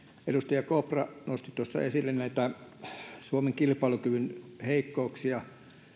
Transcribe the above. edustaja kopra nosti tuossa esille suomen kilpailukyvyn heikkouksia